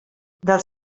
dels